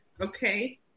Okay